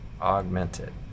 augmented